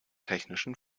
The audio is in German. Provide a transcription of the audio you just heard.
technischen